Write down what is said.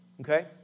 Okay